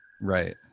Right